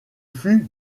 fut